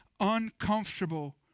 uncomfortable